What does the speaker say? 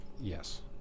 Yes